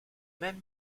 même